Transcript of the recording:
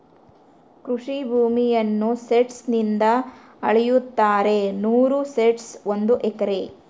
ಕೃಷಿ ಭೂಮಿಯನ್ನು ಸೆಂಟ್ಸ್ ನಿಂದ ಅಳೆಯುತ್ತಾರೆ ನೂರು ಸೆಂಟ್ಸ್ ಒಂದು ಎಕರೆ